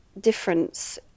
difference